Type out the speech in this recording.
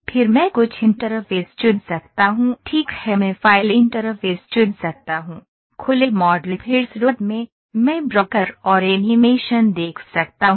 फिर मैं कुछ इंटरफ़ेस चुन सकता हूं ठीक है मैं फ़ाइल इंटरफ़ेस चुन सकता हूं खुले मॉडल फिर स्रोत में मैं ब्रोकर और एनीमेशन देख सकता हूं